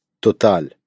Total